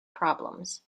problems